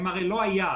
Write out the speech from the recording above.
הן הרי לא היעד.